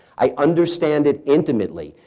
i understand it intimately.